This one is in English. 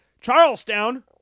Charlestown